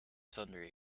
sundry